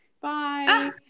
bye